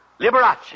Liberace